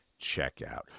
checkout